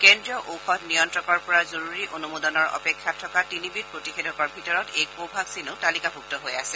কেন্দ্ৰীয় ঔষধ নিয়ন্ত্ৰকৰ পৰা জৰুৰী অনুমোদনৰ অপেক্ষাত থকা তিনিবিধ প্ৰতিষেধকৰ ভিতৰত এই কোভাঙ্গিনো তালিকাভুক্ত হৈ আছে